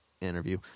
interview